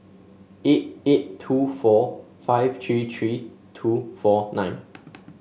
eight eight two four five three three two four nine